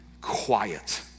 quiet